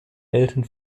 eltern